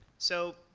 so